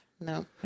No